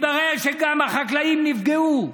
מתברר שגם החקלאים נפגעו,